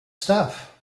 stuff